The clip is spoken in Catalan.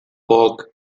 foc